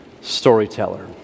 storyteller